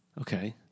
Okay